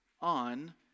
on